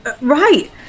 right